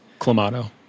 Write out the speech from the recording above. Clamato